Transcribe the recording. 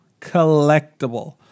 Collectible